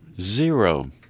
Zero